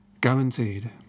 guaranteed